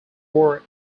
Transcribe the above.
wore